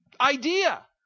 idea